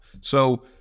So-